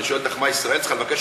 כשאני שואל אותך מה ישראל צריכה לבקש,